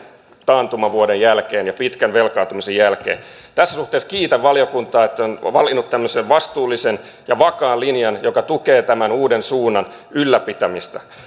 taantumavuoden jälkeen ja pitkän velkaantumisen jälkeen tässä suhteessa kiitän valiokuntaa että se on valinnut tällaisen vastuullisen ja vakaan linjan joka tukee tämän uuden suunnan ylläpitämistä